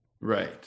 Right